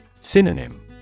Synonym